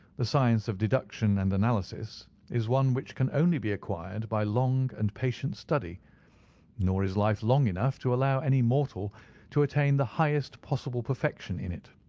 the science of deduction and analysis is one which can only be acquired by long and patient study nor is life long enough enough to allow any mortal to attain the highest possible perfection in it.